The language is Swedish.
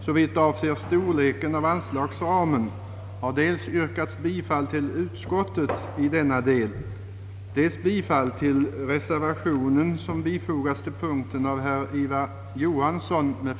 Ändring hade också föreslagits i bestämmelserna om högsta tillåtna hastighet för olika slag av fordonskombinationer. Ändringarna rörde både tunga och lätta kombinationer.